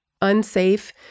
unsafe